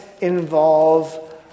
involve